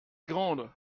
grandes